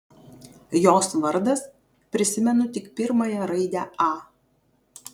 jos vardas prisimenu tik pirmąją raidę a